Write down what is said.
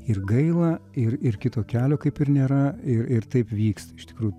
ir gaila ir ir kito kelio kaip ir nėra ir ir taip vyks iš tikrųjų